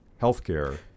healthcare